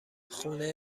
خونه